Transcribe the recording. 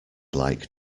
like